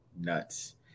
nuts